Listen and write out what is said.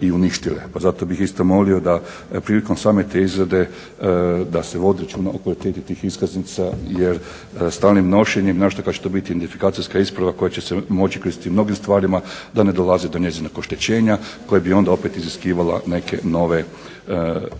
i uništile. Pa zato bih isto molio da prilikom same te izrade da se vodi računa o kvaliteti tih iskaznica jer stalnim nošenjem naročito kad će to biti identifikacijska isprava koja će se moći koristiti u mnogim stvarima da ne dolazi do njezinog oštećenja koje bi onda opet iziskivalo neke